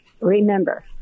Remember